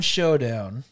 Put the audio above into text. Showdown